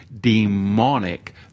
demonic